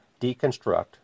Deconstruct